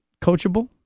Coachable